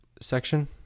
section